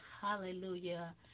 Hallelujah